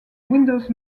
windows